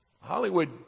Hollywood